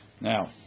Now